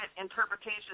interpretations